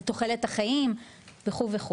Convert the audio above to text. על תוחלת החיים וכו'.